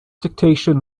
dictation